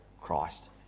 Christ